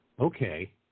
okay